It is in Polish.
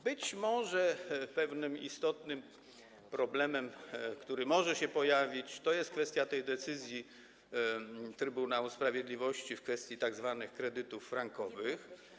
Być może pewnym istotnym problemem, który może się pojawić, jest problem decyzji Trybunału Sprawiedliwości w kwestii tzw. kredytów frankowych.